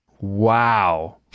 Wow